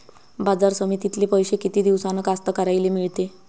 बाजार समितीतले पैशे किती दिवसानं कास्तकाराइले मिळते?